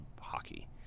hockey